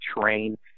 train